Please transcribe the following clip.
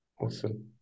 awesome